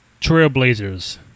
Trailblazers